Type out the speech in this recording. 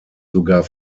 sogar